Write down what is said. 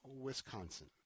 Wisconsin